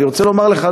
אני רוצה לומר לך,